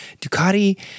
Ducati